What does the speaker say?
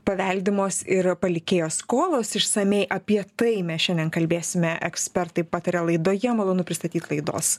paveldimos ir palikėjo skolos išsamiai apie tai mes šiandien kalbėsime ekspertai pataria laidoje malonu pristatyt laidos